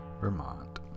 Vermont